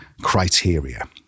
criteria